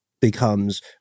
becomes